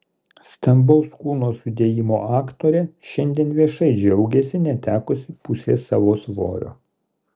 stambaus kūno sudėjimo aktorė šiandien viešai džiaugiasi netekusi pusės savo svorio